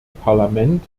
parlament